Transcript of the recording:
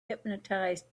hypnotized